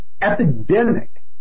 epidemic